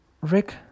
Rick